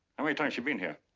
how many times she been here?